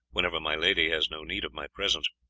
whenever my lady has no need of my presence.